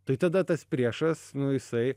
tai tada tas priešas nu jisai